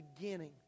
beginning